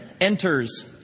enters